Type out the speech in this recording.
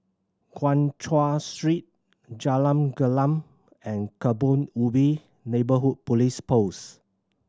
Guan Chuan Street Jalan Gelam and Kebun Ubi Neighbourhood Police Post